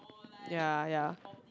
ya ya